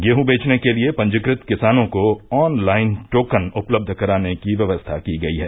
गेहूँ बेचने के लिये पंजीकृत किसानों को ऑन लाइन टोकन उपलब्ध कराने की व्यवस्था की गई है